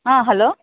hello